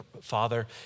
Father